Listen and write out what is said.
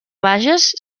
vages